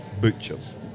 butchers